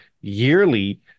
yearly